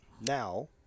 now